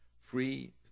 free